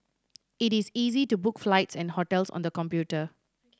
it is easy to book flights and hotels on the computer